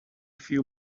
few